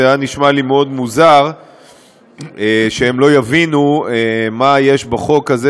זה היה נשמע לי מאוד מוזר שהם לא יבינו מה יש בחוק הזה,